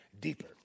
deeper